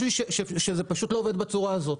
שזה פשוט לא עובד בצורה הזו.